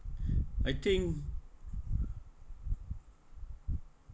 I think